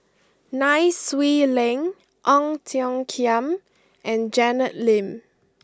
Nai Swee Leng Ong Tiong Khiam and Janet Lim